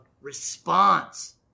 response